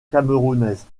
camerounaise